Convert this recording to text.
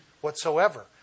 whatsoever